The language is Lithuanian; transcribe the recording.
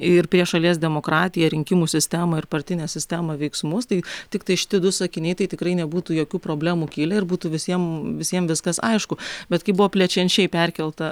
ir prie šalies demokratiją rinkimų sistemą ir partinę sistemą veiksmus tai tiktai šiti du sakiniai tai tikrai nebūtų jokių problemų kilę ir būtų visiem visiem viskas aišku bet kai buvo plečiančiai perkelta